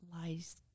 lies